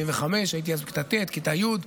1995. הייתי אז בכיתה ט', כיתה י'.